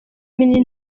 minini